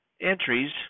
entries